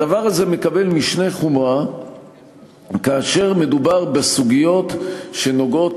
הדבר הזה מקבל משנה חומרה כאשר מדובר בסוגיות שנוגעות